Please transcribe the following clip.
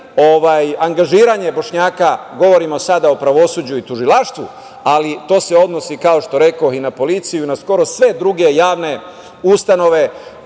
angažovanje Bošnjaka, govorim sada o pravosuđu i tužilaštvu, ali to se odnosi i na policiju i na skoro sve druge javne ustanove